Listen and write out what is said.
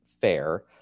fair